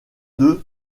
deux